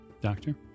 Doctor